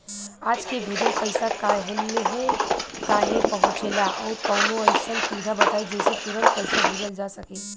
आज के भेजल पैसा कालहे काहे पहुचेला और कौनों अइसन सुविधा बताई जेसे तुरंते पैसा भेजल जा सके?